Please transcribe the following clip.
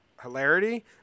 hilarity